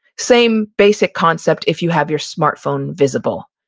same basic concept if you have your smartphone visible.